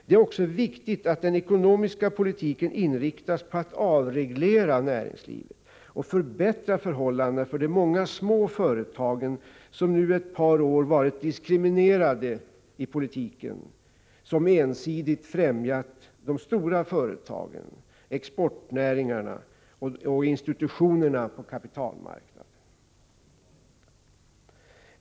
Det är också viktigt att den ekonomiska politiken inriktas på att avreglera näringslivet och förbättra förhållandena för de många små företagen som nu under ett par år varit diskriminerade i politiken, som ensidigt främjat de stora företagen, exportnäringarna och institutionerna på kapitalmarknaden.